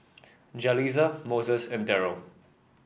Jalisa Moses and Deryl